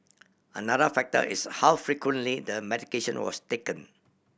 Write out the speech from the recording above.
another factor is how frequently the medication was taken